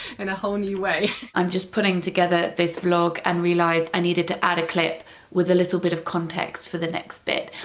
and a whole new way. i'm just putting together this vlog and realised i needed to add a clip with a little bit of context for the next bit.